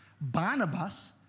Barnabas